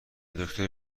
دکتر